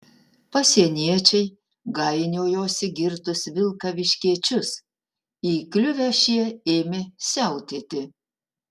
pasieniečiai gainiojosi girtus vilkaviškiečius įkliuvę šie ėmė siautėti